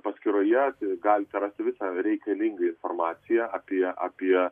paskyroje galite rasti visą reikalingą informaciją apie apie